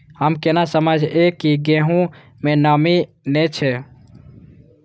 हम केना समझये की गेहूं में नमी ने छे?